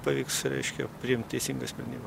pavyks reiškia priimt teisingą sprendimą